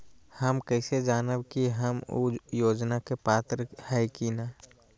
हम कैसे जानब की हम ऊ योजना के पात्र हई की न?